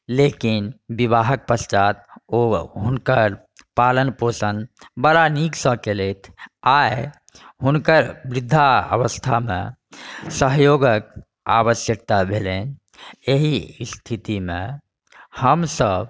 लेकिन विवाहके पश्चात ओ हुनकर पालन पोषण बड़ा नीकसँ केलथि आइ हुनकर वृद्धावस्थामे सहयोगके आवश्यकता भेलनि एहि स्थितिमे हमसब